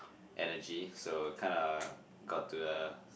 energy so kinda got to the